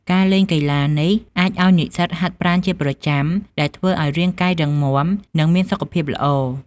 ការលេងកីឡានេះអាចឱ្យនិស្សិតហាត់ប្រាណជាប្រចាំ ដែលធ្វើឱ្យរាងកាយរឹងមាំ និងមានសុខភាពល្អ។